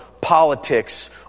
politics